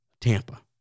Tampa